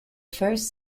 first